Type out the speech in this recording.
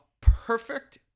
perfect